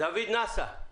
דוד נאסה,